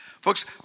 Folks